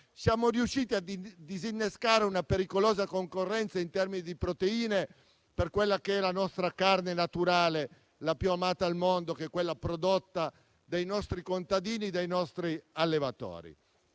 Siamo riusciti a disinnescare una pericolosa concorrenza, in termini di proteine, per quella che è la nostra carne naturale, la più amata al mondo, quella prodotta dai nostri contadini, dai nostri allevatori.